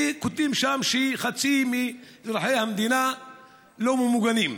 כותבים שם שחצי מאזרחי המדינה לא ממוגנים.